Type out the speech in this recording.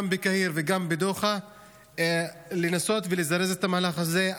בקהיר וגם בדוחה לנסות לזרז את המהלך הזה.